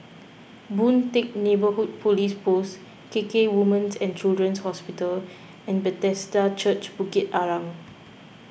Boon Teck Neighbourhood Police Post KK Women's and Children's Hospital and Bethesda Church Bukit Arang